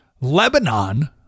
Lebanon